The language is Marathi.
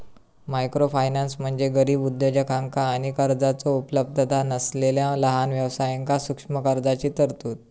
मायक्रोफायनान्स म्हणजे गरीब उद्योजकांका आणि कर्जाचो उपलब्धता नसलेला लहान व्यवसायांक सूक्ष्म कर्जाची तरतूद